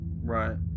Right